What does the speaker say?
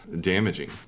damaging